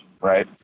right